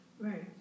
Right